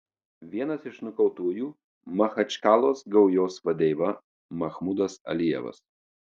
vienas iš nukautųjų machačkalos gaujos vadeiva mahmudas alijevas